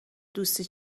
دوستی